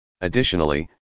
Additionally